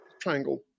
triangle